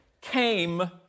came